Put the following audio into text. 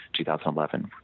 2011